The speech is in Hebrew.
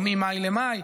או ממאי למאי,